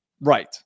right